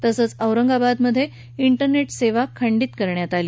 तसंच औरंगाबादमधे इंटरनेटसेवा खंडित करण्यात आली